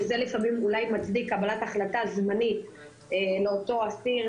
שזה לפעמים אולי מצדיק קבלת החלטה זמנית לאותו אסיר,